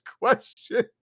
question